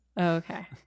Okay